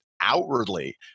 outwardly